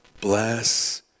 bless